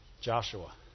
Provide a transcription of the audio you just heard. Joshua